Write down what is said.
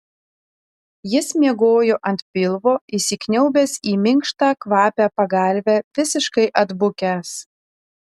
jis miegojo ant pilvo įsikniaubęs į minkštą kvapią pagalvę visiškai atbukęs